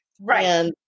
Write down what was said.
Right